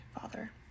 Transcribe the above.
father